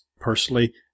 personally